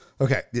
okay